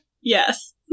yes